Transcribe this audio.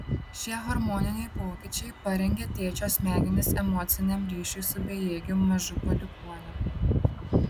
šie hormoniniai pokyčiai parengia tėčio smegenis emociniam ryšiui su bejėgiu mažu palikuoniu